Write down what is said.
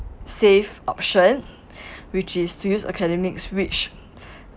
safe option which is to use academics which